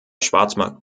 schwarzmarkt